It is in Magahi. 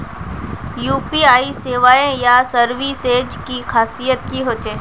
यु.पी.आई सेवाएँ या सर्विसेज की खासियत की होचे?